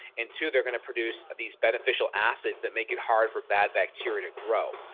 and two, they're going to produce these beneficial acids that make it hard for bad bacteria to grow.